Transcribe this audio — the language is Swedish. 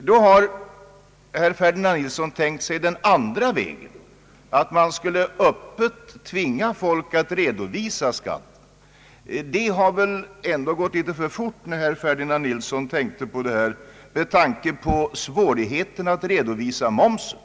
Då har herr Ferdinand Nilsson tänkt sig den andra vägen, att man öppet skuile tvinga folk att redovisa skatt. Det har väl ändå gått litet för fort för herr Ferdinand Nilsson när han tänkte sig det, med tanke på svårigheterna att redovisa momsen.